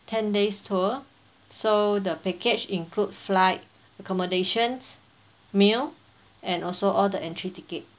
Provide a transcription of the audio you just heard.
ten days tour so the package include flight accommodations meal and also all the entry ticket